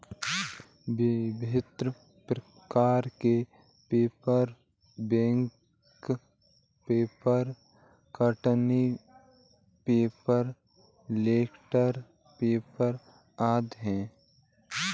विभिन्न प्रकार के paper, bank paper, cotton paper, blotting paper आदि हैं